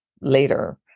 later